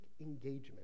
engagement